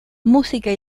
música